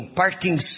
parking